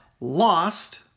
lost